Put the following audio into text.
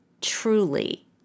truly